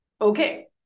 Okay